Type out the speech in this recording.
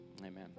Amen